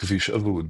כביש אבוד